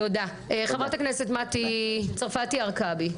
חברת הכנסת מטי צרפתי הרכבי.